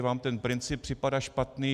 Vám i ten princip připadá špatný.